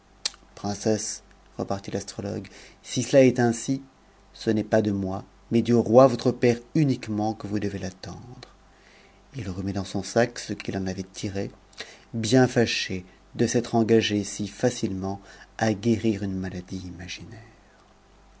princesse qku'tit fastrotogue si cela est ainsi ce n'est pas de moi mais du roi voire père uniquement que vous devez l'attendre a il remit dans son sac cqu'it en avait tiré bien achéde s'être engagé si ficilement à guérir nue maladie imaginaire